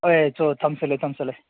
ꯍꯣꯏ ꯑꯩꯁꯨ ꯊꯝꯁꯤꯜꯂꯦ ꯊꯝꯁꯤꯜꯂꯦ